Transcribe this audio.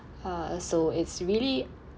uh so it's really